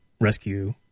rescue